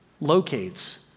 locates